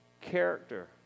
character